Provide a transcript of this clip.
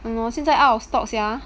ha lor 现在 out of stock sia